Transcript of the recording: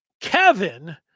Kevin